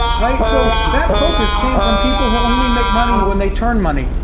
right? so that focus came from people who only make money when they turn money,